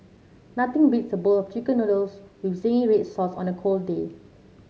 nothing beats a bowl of chicken noodles with zingy red sauce on a cold day